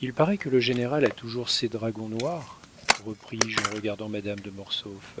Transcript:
il paraît que le général a toujours ses dragons noirs repris-je en regardant madame de mortsauf